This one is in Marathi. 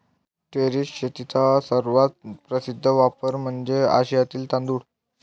टेरेस शेतीचा सर्वात प्रसिद्ध वापर म्हणजे आशियातील तांदूळ